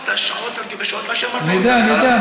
עשה שעות על גבי שעות, אני יודע, אני יודע.